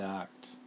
act